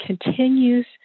continues